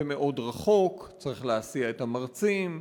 זה מאוד רחוק, צריך להסיע את המרצים,